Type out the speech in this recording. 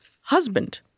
husband